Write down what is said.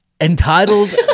entitled